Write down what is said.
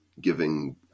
giving